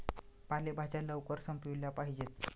पालेभाज्या लवकर संपविल्या पाहिजेत